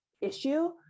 issue